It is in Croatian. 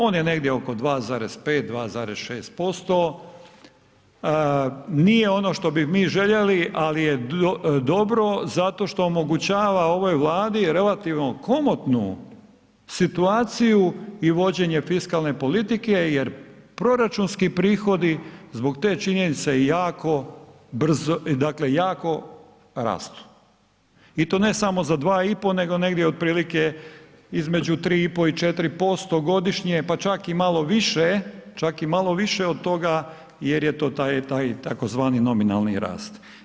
On je negdje oko 2,5, 2,6% nije ono što bi mi željeli ali je dobro zato što omogućava ovoj Vladi relativno komotnu situaciju i vođenje fiskalne politike jer proračunski prihodi zbog te činjenice jako rastu i to ne samo za 2,5 nego negdje otprilike između 3,5, 4% godine pa čak i malo više, čak i malo više od toga jer je to tzv. nominalni rast.